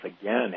again